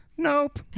nope